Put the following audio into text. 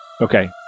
Okay